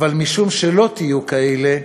אבל משום שלא תהיו כאלה,